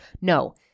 No